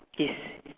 is